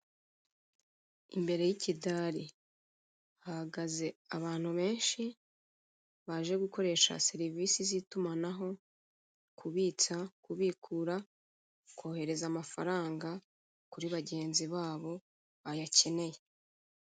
Imbere y'ikidari, hahagaze abantu benshi baje gukoresha serivise z'itumanaho: kubitsa, kubikura, kohereza amafaranga kuri bagenzi babo bayakeneye.